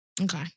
Okay